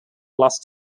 lost